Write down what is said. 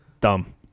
dumb